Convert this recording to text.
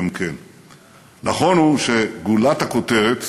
נכון הוא שגולת הכותרת